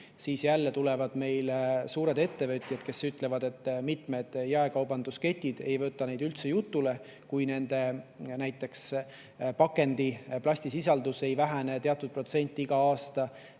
siis tulevad jälle suured ettevõtjad, kes ütlevad, et mitmed jaekaubandusketid ei võta neid üldse jutule, kui näiteks nende pakendi plastisisaldus ei vähene teatud protsent iga aasta.